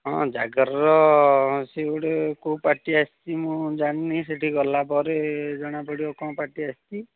ହଁ ଜାଗରର ସେ ଗୋଟେ କେଉଁ ପାର୍ଟି ଆସିଛି ମୁଁ ଜାଣିନି ସେଠିଗଲା ପରେ ଜଣା ପଡ଼ିବ କ'ଣ ପାର୍ଟି ଆସିଛି